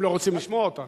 הם לא רוצים לשמוע אותן.